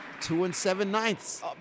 Two-and-seven-ninths